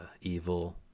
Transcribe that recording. evil